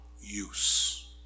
use